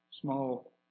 Small